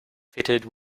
fitted